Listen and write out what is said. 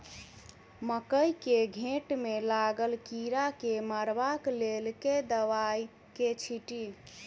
मकई केँ घेँट मे लागल कीड़ा केँ मारबाक लेल केँ दवाई केँ छीटि?